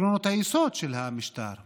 עקרונות היסוד של המשטר?